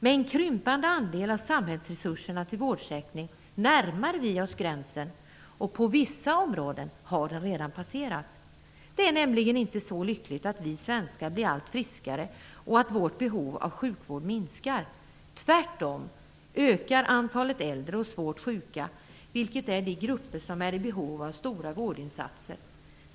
Med en krympande andel av samhällsresurserna till vårdsektorn närmar vi oss gränsen, och på vissa områden har den redan passerats. Det är nämligen inte så lyckligt att vi svenskar blir allt friskare och att vårt behov av sjukvård minskar. Tvärtom ökar antalet äldre och svårt sjuka. De tillhör de grupper som är i behov av stora vårdinsatser.